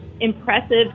impressive